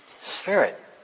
spirit